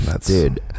Dude